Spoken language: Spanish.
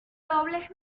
dobles